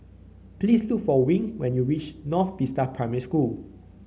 please look for Wing when you reach North Vista Primary School